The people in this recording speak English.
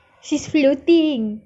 sis floating